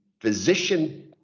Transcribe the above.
physician